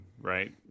right